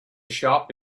shop